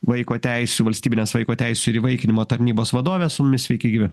vaiko teisių valstybinės vaiko teisių ir įvaikinimo tarnybos vadovė su mumis sveiki gyvi